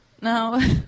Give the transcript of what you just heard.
No